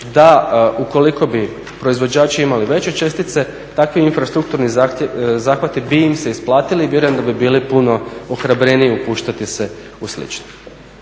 da ukoliko bi proizvođači imali veće čestice takvi infrastrukturni zahvati bi im se isplatili i vjerujem da bi bili puno ohrabreniji upuštati se u slične.